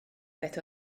beth